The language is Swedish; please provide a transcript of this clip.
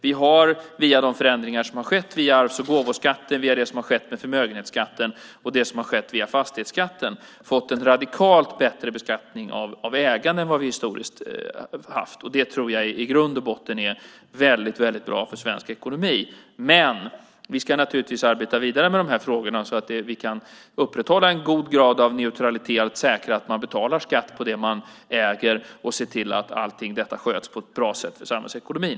Vi har via de förändringar som har skett när det gäller arvs och gåvoskatten, förmögenhetsskatten och fastighetsskatten fått en radikalt bättre beskattning av ägande än vad vi historiskt haft. Det tror jag i grund och botten är väldigt bra för svensk ekonomi. Men vi ska naturligtvis arbeta vidare med de här frågorna så att vi kan upprätthålla en god grad av neutralitet och säkra att man betalar skatt på det man äger och se till att allt detta sköts på ett bra sätt för samhällsekonomin.